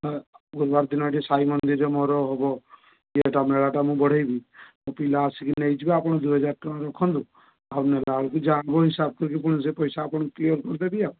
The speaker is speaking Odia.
ହଁ ଗୁରୁବାର ଦିନ ଏଠି ସାଇମନ୍ଦିରରେ ମୋର ହେବ ଇଏଟା ମେଳାଟା ମୁଁ ବଢ଼ାଇବି ମୋ ପିଲା ଆସିକି ନେଇଯିବେ ଆପଣ ଦୁଇହଜାର ଟଙ୍କା ରଖନ୍ତୁ ଆଉ ନେଲାବେଳକୁ ଯାହା ହେବ ହିସାବ କରିକି ପୁଣି ସେ ପଇସା ଆପଣଙ୍କୁ କ୍ଲିଅର କରିଦେବି ଆଉ